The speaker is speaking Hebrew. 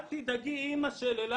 אל תדאגי אמא של אלה,